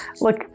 look